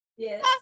Yes